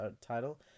title